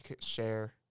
share